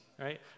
right